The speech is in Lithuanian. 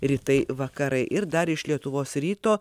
rytai vakarai ir dar iš lietuvos ryto